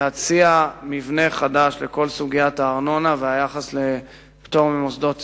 כדי להציע מבנה חדש לכל סוגיית הארנונה והיחס לפטור מוסדות ציבור.